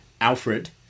Alfred